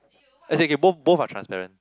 as in okay both both are transparent